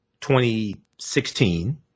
2016